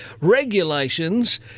regulations